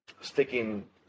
sticking